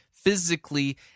physically